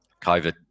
COVID